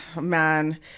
man